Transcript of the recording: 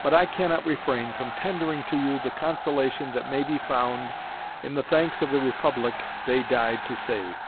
but i cannot refrain from tendering to you the consolation that may be found in the thanks of the republic they died to save.